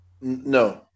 No